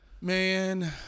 Man